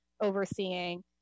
overseeing